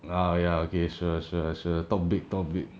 uh ya okay sure sure sure talk big talk big